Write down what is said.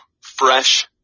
fresh